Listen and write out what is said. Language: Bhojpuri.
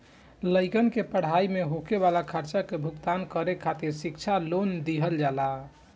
लइकन के पढ़ाई में होखे वाला खर्चा के भुगतान करे खातिर शिक्षा लोन दिहल जाला